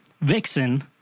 vixen